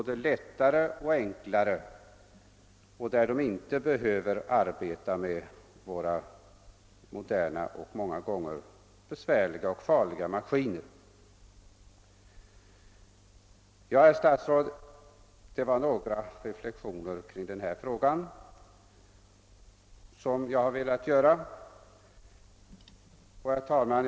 Det finns så mycket arbete som är rätt enkelt och där de moderna och många gånger svårhanterliga och farliga maskinerna inte behöver användas. Detta var, herr statsråd, några reflexioner som jag velat göra kring denna fråga.